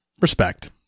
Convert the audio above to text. respect